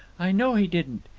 i know he didn't.